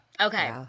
Okay